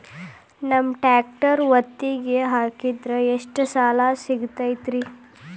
ನಮ್ಮ ಟ್ರ್ಯಾಕ್ಟರ್ ಒತ್ತಿಗೆ ಹಾಕಿದ್ರ ಎಷ್ಟ ಸಾಲ ಸಿಗತೈತ್ರಿ?